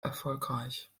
erfolgreich